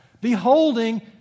beholding